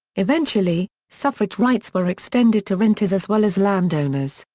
eventually, suffrage rights were extended to renters as well as landowners,